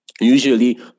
Usually